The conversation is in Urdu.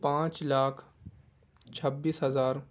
پانچ لاکھ چھبیس ہزار